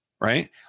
Right